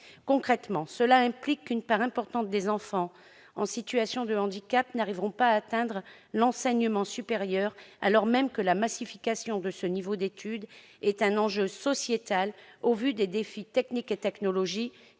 Concrètement, cela implique qu'une part importante des enfants en situation de handicap n'arriveront pas à atteindre l'enseignement supérieur, alors même que la massification de ce niveau d'études est un enjeu sociétal au vu des défis techniques et technologiques